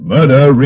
Murder